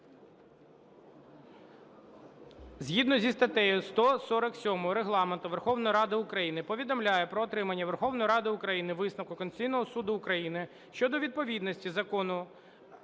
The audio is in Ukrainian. Згідно зі статтею 147 Регламенту Верховної Ради України повідомляю про отримання Верховною Радою України висновку Конституційного Суду України щодо відповідності